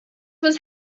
was